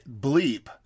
Bleep